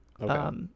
Okay